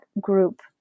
group